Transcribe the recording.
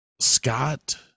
Scott